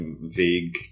vague